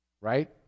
right